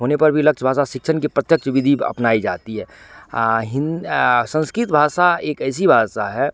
होने पर भी लक्ष्य भाषा शिक्षण की प्रत्यक्ष विधी अपनाई जाती है हिन् संस्कृत भाषा एक ऐसी भाषा है